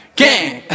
gang